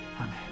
Amen